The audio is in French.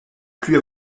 plus